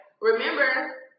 Remember